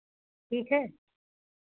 ठीक है